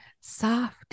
soft